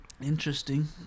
Interesting